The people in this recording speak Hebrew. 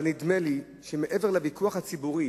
אבל נדמה לי שמעבר לוויכוח הציבורי